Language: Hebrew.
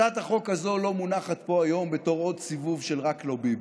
הצעת החוק הזו לא מונחת פה היום בתור עוד סיבוב של "רק לא ביבי".